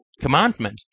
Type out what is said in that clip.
commandment